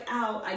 out